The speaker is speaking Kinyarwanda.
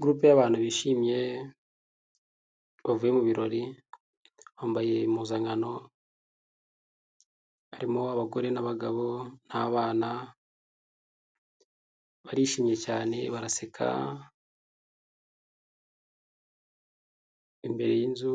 Gurupe y'abantu bishimye bavuye mu birori bambaye impuzankano hari abagore n'abagabo n'abana barishimye cyane baraseka imbere y'inzu